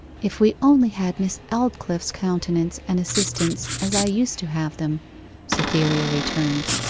if we only had miss aldclyffe's countenance and assistance as i used to have them cytherea returned,